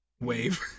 Wave